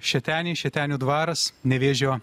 šeteniai šetenių dvaras nevėžio